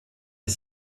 est